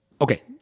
Okay